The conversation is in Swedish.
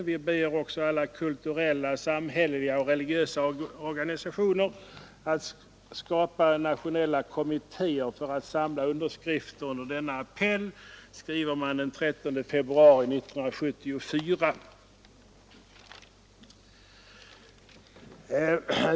”Vi ber också alla kulturella, samhälleliga och religiösa organisationer att skapa nationella kommittéer för att samla underskrifter under denna appell”, skriver man den 13 februari 1974.